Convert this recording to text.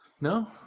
No